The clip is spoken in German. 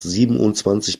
siebenundzwanzig